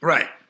Right